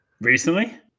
Recently